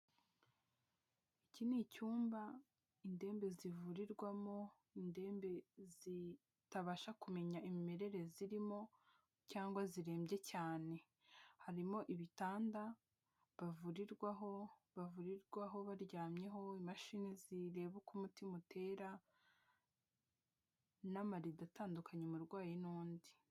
Iki ni icyumba indembe zivurirwamo, indembe zitabasha kumenya imimerere zirimo, cyangwa zirembye cyane. Harimo ibitanda bavurirwaho, bavurirwaho baryamyeho, imashini zireba uko umutima utera, n'amarido atandukanya umurwayi n'undi.